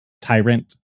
tyrant